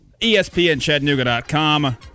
ESPNChattanooga.com